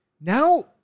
now